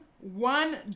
one